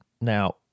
Now